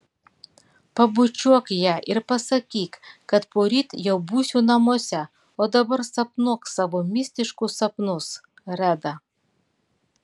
pabučiuok ją ir pasakyk kad poryt jau būsiu namuose o dabar sapnuok savo mistiškus sapnus reda